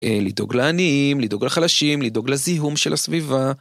לדאוג לעניים, לדאוג לחלשים, לדאוג לזיהום של הסביבה.